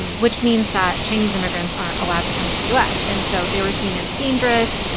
which means that chinese immigrants aren't allowed to come to the u s. and so they were seen as dangerous,